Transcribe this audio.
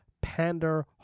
pander